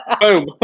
Boom